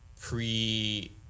pre